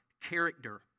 character